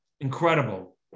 Incredible